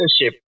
leadership